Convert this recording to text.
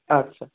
আচ্ছা